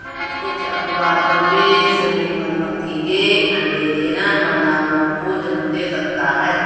कुछ अपवादों में, श्रमिक मधुमक्खी के अंडे देना मादाओं को जन्म दे सकता है